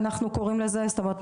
זאת אומרת,